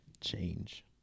Change